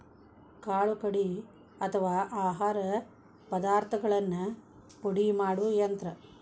ಕಾಳು ಕಡಿ ಅಥವಾ ಆಹಾರ ಪದಾರ್ಥಗಳನ್ನ ಪುಡಿ ಮಾಡು ಯಂತ್ರ